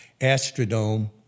Astrodome